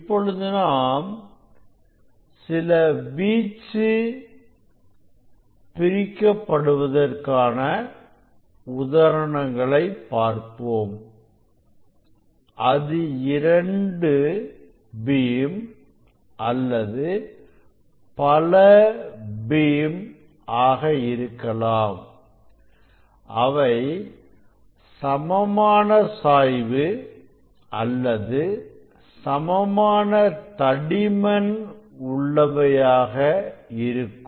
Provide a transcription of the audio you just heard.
இப்பொழுது நாம் சில வீச்சு பிரிக்கப் படுவதற்கான உதாரணங்களை பார்ப்போம் அது இரண்டு பீம் அல்லது பல பீம் ஆக இருக்கலாம் அவை சமமான சாய்வு அல்லது சமமான தடிமன் உள்ளவையாக இருக்கும்